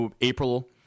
April